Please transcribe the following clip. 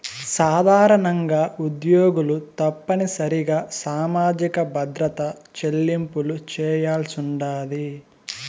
సాధారణంగా ఉద్యోగులు తప్పనిసరిగా సామాజిక భద్రత చెల్లింపులు చేయాల్సుండాది